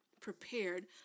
prepared